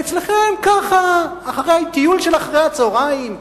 ואצלכם, ככה, טיול של אחר-הצהריים,